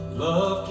love